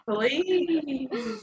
please